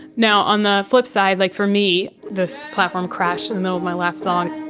now, on the flip side, like, for me, this platform crashed in the middle of my last song.